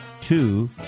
two